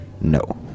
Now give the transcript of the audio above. No